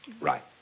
Right